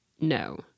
No